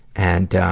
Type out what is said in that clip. and,